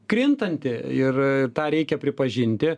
krintanti ir tą reikia pripažinti